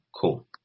cool